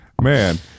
man